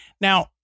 Now